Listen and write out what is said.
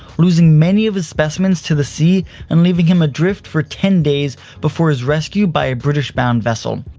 losing many of his specimens to the sea and leaving him adrift for ten days before his rescue by a british bound vessel.